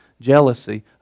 jealousy